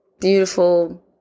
beautiful